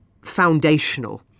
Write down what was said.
foundational